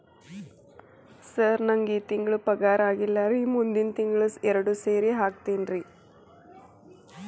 sir ನಂಗ ಈ ತಿಂಗಳು ಪಗಾರ ಆಗಿಲ್ಲಾರಿ ಮುಂದಿನ ತಿಂಗಳು ಎರಡು ಸೇರಿ ಹಾಕತೇನ್ರಿ